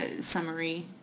summary